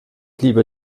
lieber